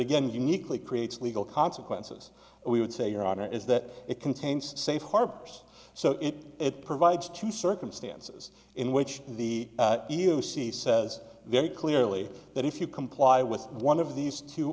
again uniquely creates legal consequences we would say your honor is that it contains safe harbors so it provides to circumstances in which the e e o c says very clearly that if you comply with one of these two